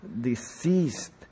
deceased